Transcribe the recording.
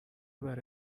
برا